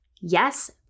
yes